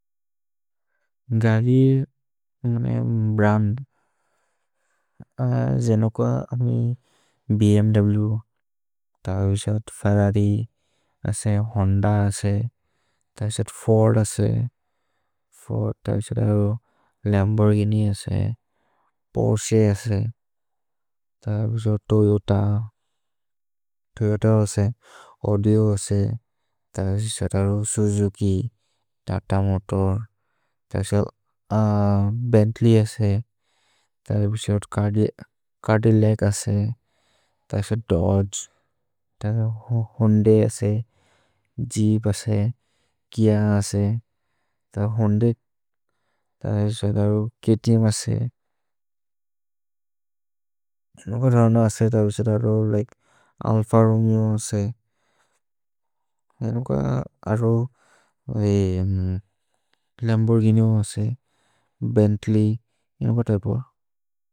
गरि मने ब्रन्द्, जेनो कुअ अमि भ्म्व्, तबिśअत् फेर्ररि असे, होन्द असे, तबिśअत् फोर्द् असे, लम्बोर्घिनि असे, पोर्स्छे असे, तबिśअत् तोयोत, तोयोत असे, औदि असे, तबिśअत् सुजुकि, तत मोतोर्, तबिśअत् भेन्त्लेय् असे, तबिśअत् छदिल्लच् असे, तबिśअत् दोद्गे, तबिśअत् होन्द असे, जीप् असे, किअ असे, तबिśअत् होन्द, तबिśअत् तबिśअत् क्त्म् असे, तबिśअत् तबिśअत् अल्फ रोमेओ असे, अरो लम्बोर्घिनि असे, भेन्त्लेय्,।